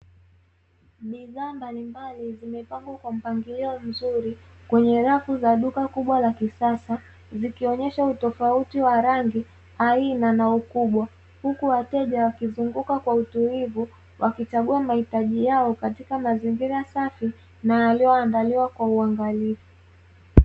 Bidhaa mbalimbali, zimepangwa kwa mpangilio mzuri kwenye rafu za duka kubwa la kisasa, zikionyesha utofauti wa rangi, aina na ukubwa, huku wateja wakizunguka kwa utulivu, wakichagua mahitaji yao katika mazingira safi na yaliyoandaliwa kwa uangalizi.